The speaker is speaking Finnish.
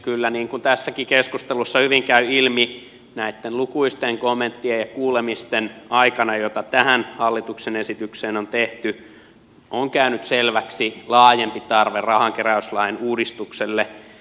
kyllä niin kuin tässäkin keskustelussa hyvin käy ilmi näitten lukuisten kommenttien ja kuulemisten aikana joita tähän hallituksen esitykseen on tehty on käynyt selväksi laajempi tarve rahankeräyslain uudistukselle